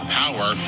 power